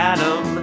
Adam